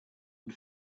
and